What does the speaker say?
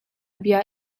bia